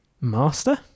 Master